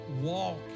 Walk